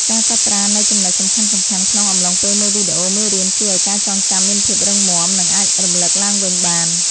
ការកត់ត្រានូវចំណុចសំខាន់ៗក្នុងអំឡុងពេលមើលវីដេអូមេរៀនជួយឱ្យការចងចាំមានភាពរឹងមាំ និងអាចរំលឹកឡើងវិញបាន។